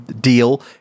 deal